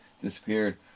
disappeared